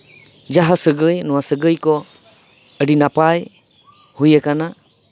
ᱡᱟᱦᱟᱸ ᱥᱟᱹᱜᱟᱹᱭ ᱱᱚᱶᱟ ᱥᱟᱹᱜᱟᱹᱭ ᱠᱚ ᱟᱹᱰᱤ ᱱᱟᱯᱟᱭ ᱦᱩᱭ ᱟᱠᱟᱱᱟ